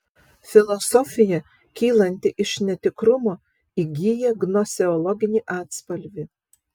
filosofija kylanti iš netikrumo įgyja gnoseologinį atspalvį